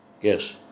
yes